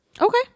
Okay